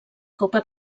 copa